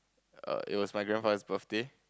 err it was my grandfather's birthday